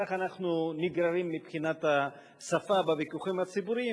כך אנחנו נגררים מבחינת השפה בוויכוחים הציבוריים,